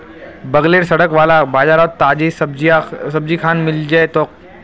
बगलेर सड़क वाला बाजारोत ताजी सब्जिखान मिल जै तोक